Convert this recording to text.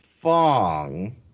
Fong